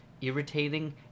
irritating